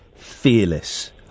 fearless